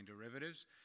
derivatives